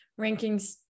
rankings